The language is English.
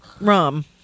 rum